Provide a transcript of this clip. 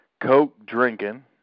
coke-drinking